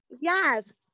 yes